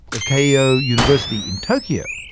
of keio university in tokyo,